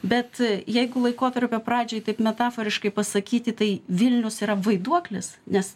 bet jeigu laikotarpio pradžioj taip metaforiškai pasakyti tai vilnius yra vaiduoklis nes